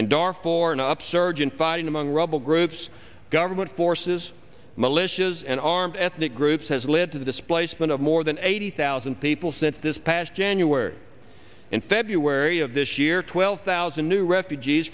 an upsurge in fighting among rebel groups government forces militias and armed ethnic groups has led to the displacement of more than eighty thousand people since this past january and february of this year twelve thousand new refugees